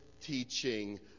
teaching